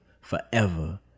forever